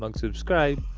like subscribe